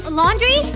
laundry